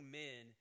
men